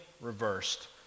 reversed